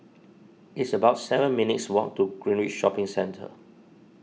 it's about seven minutes' walk to Greenridge Shopping Centre